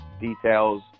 details